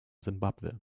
simbabwe